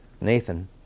Nathan